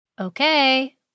Okay